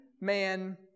man